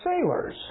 sailors